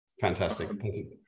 Fantastic